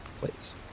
please